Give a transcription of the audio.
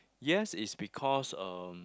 yes it's because um